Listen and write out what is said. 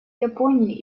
японии